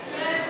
לא מגיע להם?